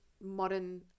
modern